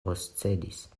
oscedis